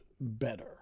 better